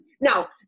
now